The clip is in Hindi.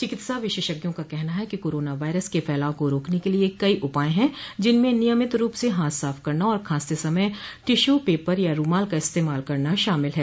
चिकित्सा विशेषज्ञों का कहना है कि कोरोना वायरस के फैलाव को रोकने के लिए कई उपाए हैं जिनमें नियमित रूप से हाथ साफ करना और खांसते समय टिश्यू पेपर या रूमाल का इस्तेमाल करना शामिल है